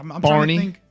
Barney